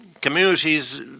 communities